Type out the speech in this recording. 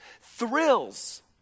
thrills